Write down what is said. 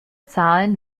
zahlen